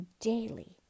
daily